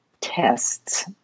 tests